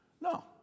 no